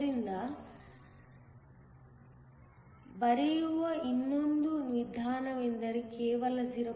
ಆದ್ದರಿಂದ ಬರೆಯುವ ಇನ್ನೊಂದು ವಿಧಾನವೆಂದರೆ ಕೇವಲ 0